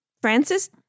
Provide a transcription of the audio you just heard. Francis